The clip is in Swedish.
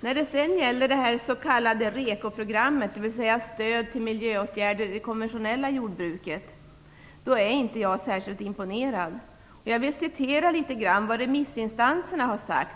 Jag är inte särskilt imponerad över det s.k. ReKoprogrammet, dvs. stöd till miljöåtgärder i det konventionella jordbruket. Jag vill citera vad remissinstanserna har sagt.